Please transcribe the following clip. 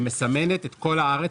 ומסמנת כל אזור בארץ,